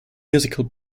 musical